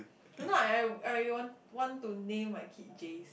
don't know I I I want want to name my kid Jays